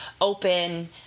open